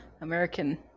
american